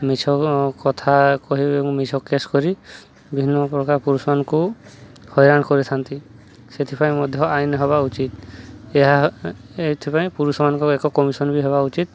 ମିଛ କଥା କହି ଏବଂ ମିଛ କେସ୍ କରି ବିଭିନ୍ନ ପ୍ରକାର ପୁରୁଷମାନଙ୍କୁ ହଇରାଣ କରିଥାନ୍ତି ସେଥିପାଇଁ ମଧ୍ୟ ଆଇନ ହେବା ଉଚିତ ଏହା ଏଥିପାଇଁ ପୁରୁଷମାନଙ୍କର ଏକ କମିସନ୍ ବି ହେବା ଉଚିତ